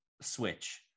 switch